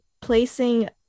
placing